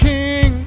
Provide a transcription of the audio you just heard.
King